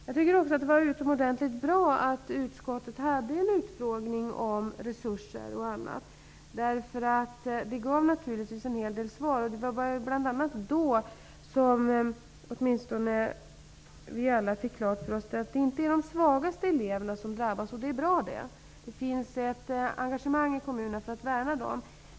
Jag tycker också att det var utomordentligt bra att utskottet hade en utfrågning om resurser och annat, därför att det naturligtvis gav en hel del svar. Det var bl.a. då som vi alla fick klart för oss att det inte är de svagaste eleverna som drabbas, och det är bra. Det finns ett engagemang i kommunerna för att värna dem.